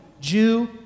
Jew